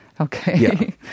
okay